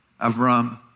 Avram